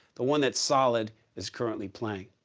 the one that's solid is currently playing.